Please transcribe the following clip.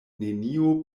nenio